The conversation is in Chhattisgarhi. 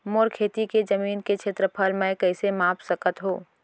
मोर खेती के जमीन के क्षेत्रफल मैं कइसे माप सकत हो?